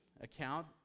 account